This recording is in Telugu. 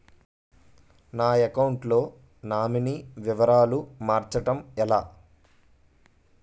నా అకౌంట్ లో నామినీ వివరాలు మార్చటం ఎలా?